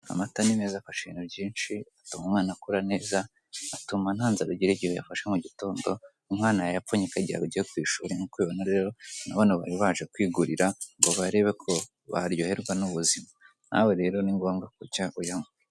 Amata ni meza afasha ibintu byinsi, atuma umwana akura neza, atuma nta nzara ugira igihe utafashe mu gitondo, umwana yayapfunyika mu gihe agiye ku ishuri. Nk'uko ubibona rero na bano bagabo baje kwigurira ngo barebe ko baryoherwa n'ubuzima, nawe rero niba wumva icyaka uyanywe.